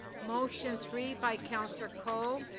motion three by councillor carroll.